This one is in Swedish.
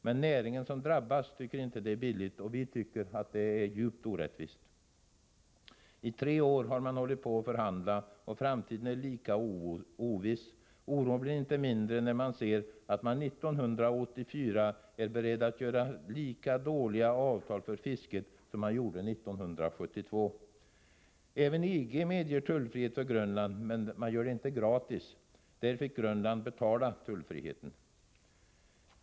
Men näringen som drabbas tycker inte att det är billigt, och vi tycker att det är orättvist. I tre år har man förhandlat, och framtiden är lika oviss. Oron blir inte mindre, när vi ser att man 1984 är beredd att träffa lika dåliga avtal för fisket som man träffade 1972. Även EG medger tullfrihet för Grönland men inte gratis. Där fick Grönland betala tullfriheten.